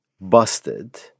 busted